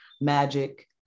magic